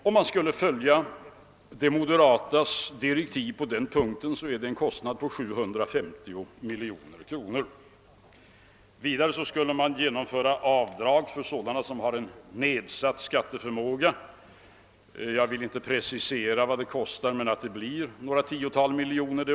Om vi skulle följa de moderatas direktiv på den punkien innebär det en kostnad på ca 750 miljoner kronor. Sedan skulle man också införa avdrag för människor med nedsatt skatteförmåga. Jag vill inte precisera vad det skulle kosta, men uppenbart är att det skulle bli några tiotal miljoner.